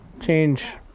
change